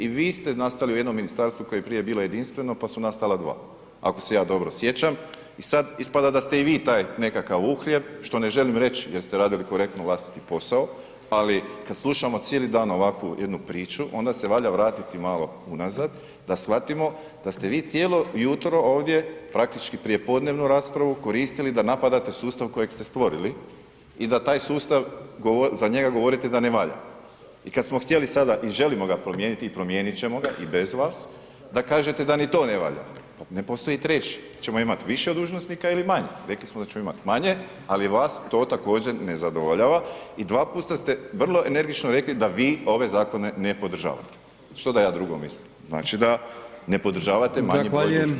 I vi ste nastali u jednom ministarstvu koje je prije bilo jedinstveno pa su nastala dva, ako se ja dobro sjećam i sad ispada da ste i vi nekakav taj uhljeb što ne želim reći jer ste radili korektno vlastiti posao ali kad slušamo cijeli dan ovakvu jednu priču, onda se valja vratiti malo u nazad da shvatimo da ste vi cijelo jutro ovdje praktički prijepodnevnu raspravu koristili da napadate sustav kojeg ste stvorili i da taj sustav za njega govorite da ne valjda i kad smo htjeli sada i želimo ga promijeniti i promijenit ćemo ga i bez vas, da kažete da ni to valja, pa onda postoji i treći, da ćemo imati više dužnosnika ili manje, rekli smo da ćemo imati manje ali vas to također ne zadovoljava i dvaput ste vrlo energično rekli da vi ove zakone ne podržavate, što da ja drugo mislim, znači da ne podržavate manji broj dužnosnika.